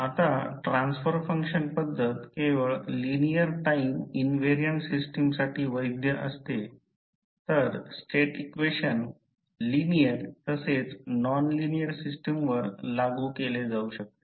आता transfer function पद्धत केवळ लिनिअर टाईम इंव्हेरिएन्ट सिस्टमसाठी वैध असते तर स्टेट इक्वेशन लिनिअर तसेच नॉन लिनिअर सिस्टम लागू केले जाऊ शकते